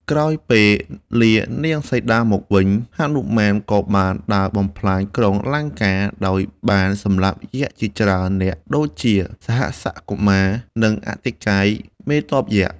ក្រោយពេលលានាងសីតាមកវិញ ហនុមានក៏បានដើរបំផ្លាញក្រុងលង្កា ដោយបានសម្លាប់យក្សជាច្រើននាក់ដូចជា សហស្សកុមារ និងអតិកាយមេទ័ពយក្ស។